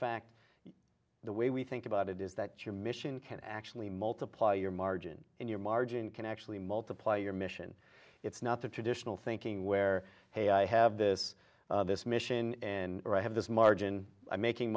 fact the way we think about it is that your mission can actually multiply your margin in your margin can actually multiply your mission it's not the traditional thinking where hey i have this this mission and have this margin making